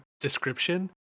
description